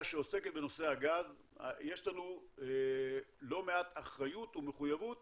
שעוסקת בנושא הגז יש לנו לא מעט אחריות ומחויבות